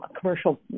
commercial